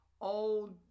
old